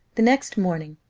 the next morning,